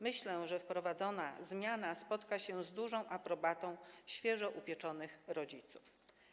Myślę, że wprowadzana zmiana spotka się z dużą aprobatą świeżo upieczonych rodziców.